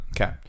Okay